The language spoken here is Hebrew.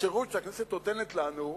בשירות שהכנסת נותנת לנו,